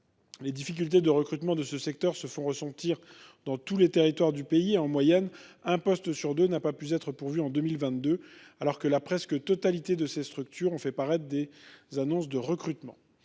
Les difficultés de recrutement de ce secteur se font ressentir dans tous les territoires du pays. En moyenne, un poste sur deux n’a pas pu être pourvu en 2022, alors que la presque totalité de ces structures a fait paraître des annonces de recrutement.